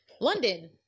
London